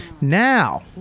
Now